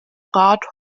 rat